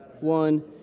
one